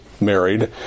married